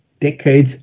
decades